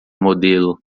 modelo